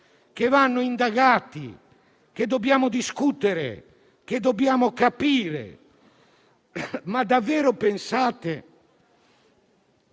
che vanno indagati, che dobbiamo discutere, che dobbiamo capire, ma davvero pensate